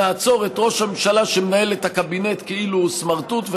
נעצור את ראש הממשלה שמנהל את הקבינט כאילו הוא סמרטוט,